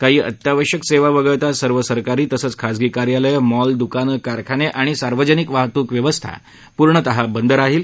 काही अत्यावश्यक सेवा वगळता सर्व सरकारी तसच खासगी कार्यालय मॉल दुकान कारखाने आणि सार्वजनिक वाहतूक व्यवस्था पूर्णतः बंद राहतील